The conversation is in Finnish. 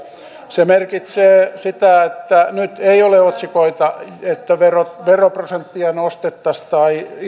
se merkitsee sitä että nyt ei ole otsikoita että veroprosenttia nostettaisiin tai